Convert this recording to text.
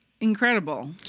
incredible